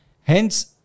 Hence